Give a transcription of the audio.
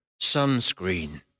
sunscreen